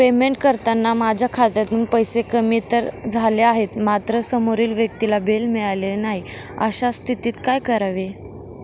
Payment करताना माझ्या खात्यातून पैसे कमी तर झाले आहेत मात्र समोरील व्यक्तीला बिल मिळालेले नाही, अशा स्थितीत काय करावे?